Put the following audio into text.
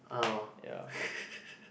oh